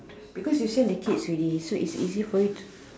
because you send the kids already so it's easy for you to